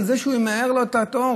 שהוא יזרז לו את התור,